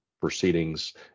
proceedings